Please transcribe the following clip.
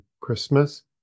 Christmas